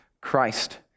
Christ